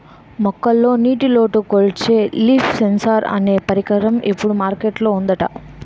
మొక్కల్లో నీటిలోటు కొలిచే లీఫ్ సెన్సార్ అనే పరికరం ఇప్పుడు మార్కెట్ లో ఉందట